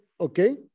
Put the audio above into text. Okay